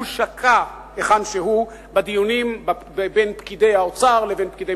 הוא שקע היכן שהוא בדיונים בין פקידי האוצר לבין פקידי